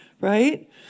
right